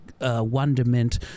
wonderment